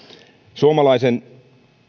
suomalaisen